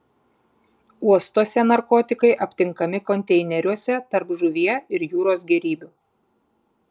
uostuose narkotikai aptinkami konteineriuose tarp žuvie ir jūros gėrybių